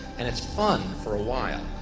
and it's fun for a while.